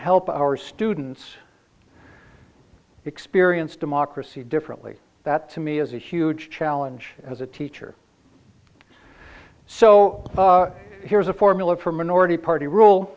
help our students experience democracy differently that to me is a huge challenge as a teacher so here's a formula for minority party ru